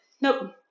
Nope